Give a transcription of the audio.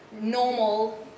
normal